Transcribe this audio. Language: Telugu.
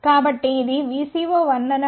కాబట్టి ఇది VCO 1 అని అనుకుందాం VCO 0